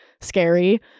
scary